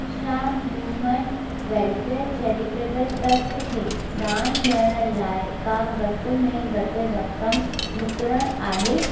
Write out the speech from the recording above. छा human welfare charitable trust खे दान ॾियण लाइ का घटि में घटि रक़म मुक़रर आहे